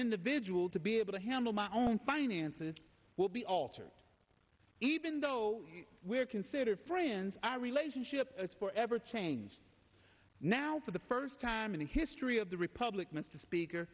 individual to be able to handle my own finances will be altered even though we're considered friends our relationship is for ever changed now for the first time in the history of the republic mr speaker